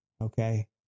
Okay